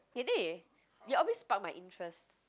really you always spark my interest